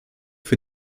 für